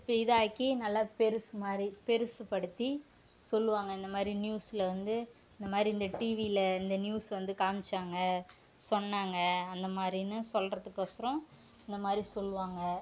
இப்போ இதாக்கி நல்லா பெருசு மாதிரி பெருசு படுத்தி சொல்லுவாங்க இந்த மாதிரி நியூஸில் வந்து இந்த மாதிரி இந்த டிவியில் இந்த நியூஸ் வந்து காமிச்சாங்க சொன்னாங்க அந்த மாதிரின்னு சொல்றதுக்கொசரம் இந்த மாதிரி சொல்லுவாங்க